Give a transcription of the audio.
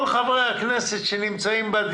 הצבעה אושרה.